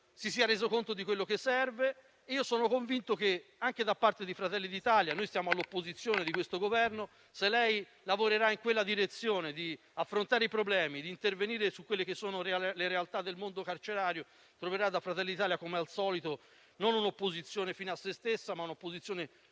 si sia resa conto di ciò che serve. Sono convinto che anche da parte di Fratelli d'Italia - noi siamo all'opposizione di questo Governo - se lei lavorerà nella direzione di affrontare i problemi e intervenire sulle realtà del mondo carcerario, troverà, come al solito, non un'opposizione fino a se stessa, ma un'opposizione